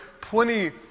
plenty